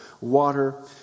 water